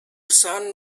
son